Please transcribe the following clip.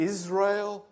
Israel